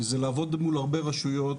זה לעבוד מול הרבה רשויות,